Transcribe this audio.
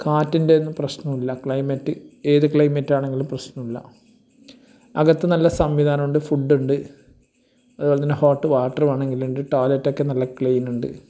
കാറ്റിൻ്റെ ഒന്നും പ്രശ്നമില്ല ക്ലൈമറ്റ് ഏത് ക്ലൈമറ്റ് ആണെങ്കിലും പ്രശ്നമില്ല അകത്ത് നല്ല സംവിധാനമുണ്ട് ഫുഡ് ഉണ്ട് അതേ പോലെ തന്നെ ഹോട്ട് വാട്ടർ വേണമെങ്കിലുണ്ട് ടോയ്ലെറ്റ് ഒക്കെ നല്ല ക്ലീനുണ്ട്